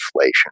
inflation